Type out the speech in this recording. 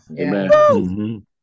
amen